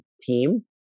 team